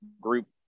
group